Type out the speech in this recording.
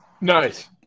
Nice